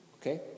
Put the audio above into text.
Okay